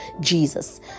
Jesus